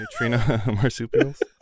marsupials